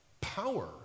power